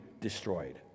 destroyed